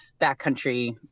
backcountry